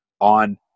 on